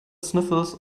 sniffles